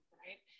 right